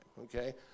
okay